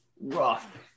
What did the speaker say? rough